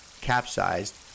capsized